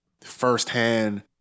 firsthand